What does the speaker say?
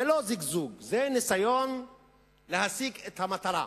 זה לא זיגזוג, זה ניסיון להשיג את המטרה.